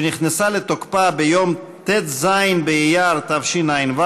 שנכנסה לתוקפה ביום ט"ז באייר התשע"ו,